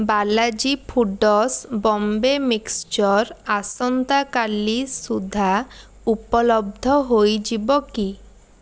Balaji foods Bombay mixture ଆସନ୍ତା କାଲି ସୁଦ୍ଧା ଉପଲବ୍ଧ ହୋଇଯିବ କି